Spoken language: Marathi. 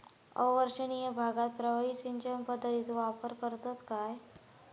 अवर्षणिय भागात प्रभावी सिंचन पद्धतीचो वापर करतत काय?